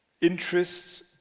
Interests